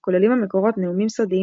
כוללים המקורות נאומים סודיים,